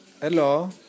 Hello